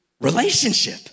relationship